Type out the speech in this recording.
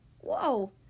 Whoa